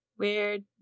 weird